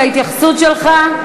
גפני, קיבלנו את ההתייחסות שלך.